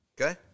Okay